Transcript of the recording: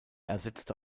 ersetzte